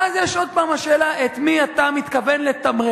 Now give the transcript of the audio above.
ואז יש עוד פעם השאלה: את מי אתה מתכוון לתמרץ?